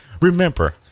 Remember